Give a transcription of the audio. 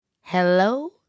Hello